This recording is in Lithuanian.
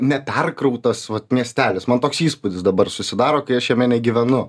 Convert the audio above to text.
neperkrautas vat miestelis man toks įspūdis dabar susidaro kai aš jame negyvenu